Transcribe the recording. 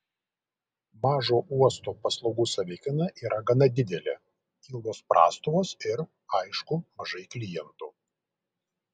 mažo uosto paslaugų savikaina yra gana didelė ilgos prastovos ir aišku mažai klientų